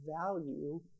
value